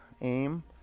Aim